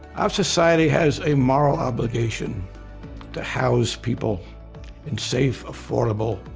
our society has a moral obligation to house people in safe, affordable,